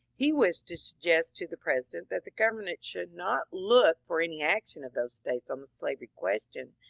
he wished to suggest to the president that the government should not look for any action of those states on the slavery question,